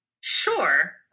sure